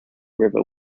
river